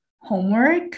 homework